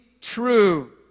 true